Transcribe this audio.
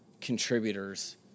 contributors